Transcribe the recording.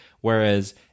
Whereas